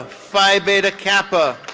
phi beta kappa.